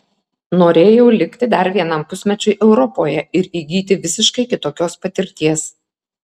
norėjau likti dar vienam pusmečiui europoje ir įgyti visiškai kitokios patirties